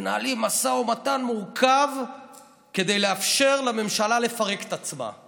מנהלים משא ומתן מורכב כדי לאפשר לממשלה לפרק את עצמה.